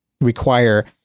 require